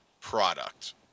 product